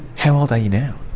how old are you now?